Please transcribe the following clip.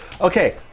Okay